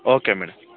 okay madam